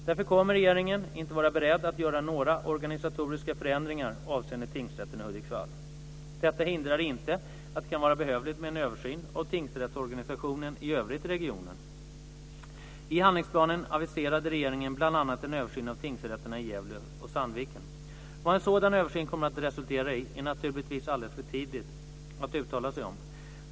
Därför kommer regeringen inte vara beredd att göra några organisatoriska förändringar avseende tingsrätten i Hudiksvall. Detta hindrar inte att det kan vara behövligt med en översyn av tingsrättsorganisationen i övrigt i regionen. I handlingsplanen aviserade regeringen bl.a. en översyn av tingsrätterna i Gävle och Sandviken. Vad en sådan översyn kommer att resultera i är naturligtvis alldeles för tidigt att uttala sig om.